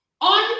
On